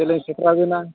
ᱪᱮᱫ ᱞᱤᱧ ᱥᱮᱴᱮᱨ ᱟᱹᱵᱤᱱᱟ